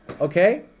Okay